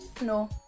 No